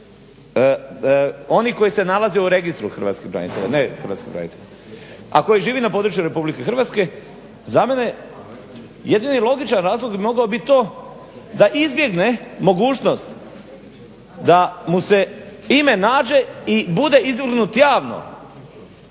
oni koji se nalaze u registru hrvatskih branitelja, ne hrvatskih branitelja, a koji živi na području RH za mene jedini logičan razlog bi mogao bit to da izbjegne mogućnost da mu se ime nađe i bude izvrgnut javno